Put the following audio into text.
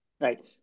right